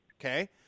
Okay